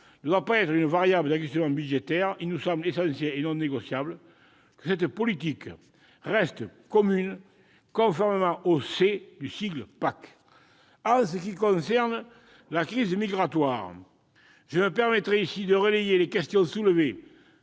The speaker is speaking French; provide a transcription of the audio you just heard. ne doit pas être une variable d'ajustement budgétaire. Il nous semble essentiel et non négociable que cette politique reste « commune », conformément au « C » du sigle PAC. En ce qui concerne la crise migratoire, je me permettrai ici de relayer les questions soulevées,